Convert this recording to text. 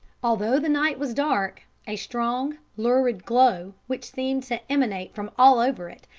although the night was dark, a strong, lurid glow, which seemed to emanate from all over it,